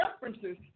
References